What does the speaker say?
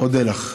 אודה לך.